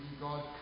God